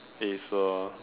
Razer